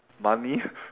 money